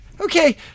Okay